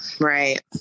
Right